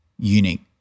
unique